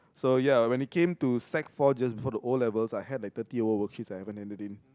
so ya when it came to sec four just before the O-levels I had thirty over worksheets I haven't handed in